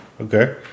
Okay